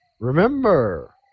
Remember